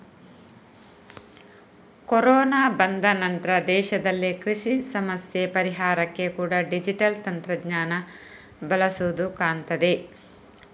corona ಬಂದ ನಂತ್ರ ದೇಶದಲ್ಲಿ ಕೃಷಿ ಸಮಸ್ಯೆ ಪರಿಹಾರಕ್ಕೆ ಕೂಡಾ ಡಿಜಿಟಲ್ ತಂತ್ರಜ್ಞಾನ ಬಳಸುದು ಕಾಣ್ತದೆ